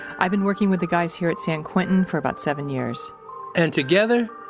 i've been working with the guys here at san quentin for about seven years and together,